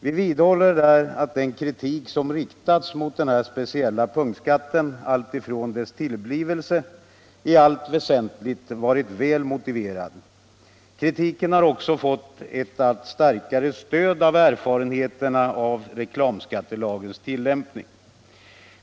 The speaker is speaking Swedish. Vi vidhåller att den kritik som har riktats mot denna speciella punktskatt alltifrån dess tillblivelse i allt väsentligt har varit väl motiverad. Kritiken har också fått ett allt starkare stöd av erfarenheterna från reklamskattelagens tillämpning.